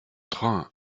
train